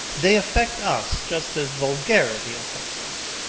they affect us just as vulgarity affects us.